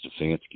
Stefanski